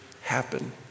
happen